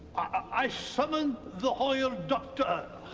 i summon the royal doctor.